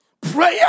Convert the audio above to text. Prayer